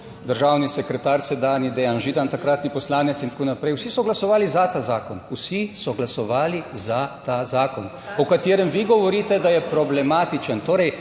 državni sekretar sedanji Dejan Židan, takratni poslanec in tako naprej. Vsi so glasovali za ta zakon, vsi so glasovali za ta zakon, o katerem vi govorite, da je problematičen,